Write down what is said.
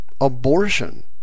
abortion